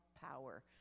power